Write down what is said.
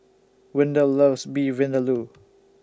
Windell loves Beef Vindaloo